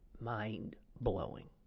mind-blowing